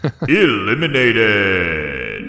Eliminated